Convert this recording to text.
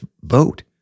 vote